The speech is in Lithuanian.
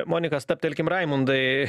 monika stabtelkim raimundai